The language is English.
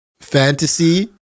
fantasy